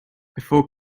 before